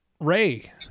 Ray